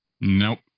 nope